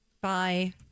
Bye